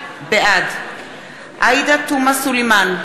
בעד עאידה תומא סלימאן,